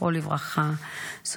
זכרו לברכה,